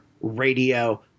Radio